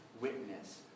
witness